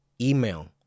email